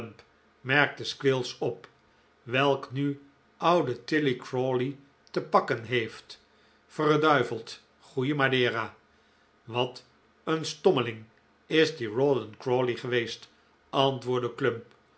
merkte squills op welke nu oude tilly crawley te pakken heeft verduiveld goeie madera wat een stommeling is die rawdon crawley geweest antwoordde clump